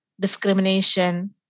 discrimination